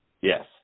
Yes